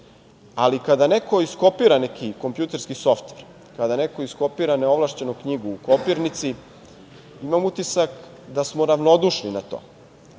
ali kada neko iskopira neki kompjuterski softver, kada neko iskopira neovlašćeno knjigu u kopirnici, imam utisak da smo na ravnodušni na